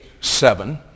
seven